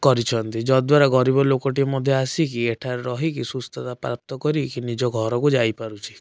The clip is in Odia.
କରିଛନ୍ତି ଯଦ୍ୱାରା ଗରିବ ଲୋକଟିଏ ମଧ୍ୟ ଆସିକି ଏଠାରେ ରହିକି ସୁସ୍ଥତା ପ୍ରାପ୍ତ କରିକି ନିଜ ଘରକୁ ଯାଇପାରୁଛି